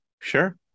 Sure